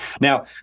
Now